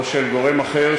או של גורם אחר,